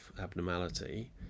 abnormality